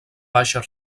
baixa